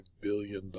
billion